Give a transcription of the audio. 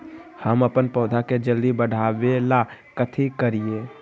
हम अपन पौधा के जल्दी बाढ़आवेला कथि करिए?